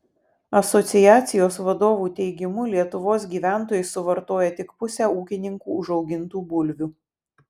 asociacijos vadovų teigimu lietuvos gyventojai suvartoja tik pusę ūkininkų užaugintų bulvių